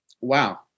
Wow